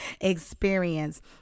experience